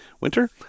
winter